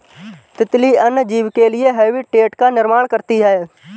तितली अन्य जीव के लिए हैबिटेट का निर्माण करती है